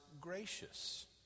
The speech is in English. gracious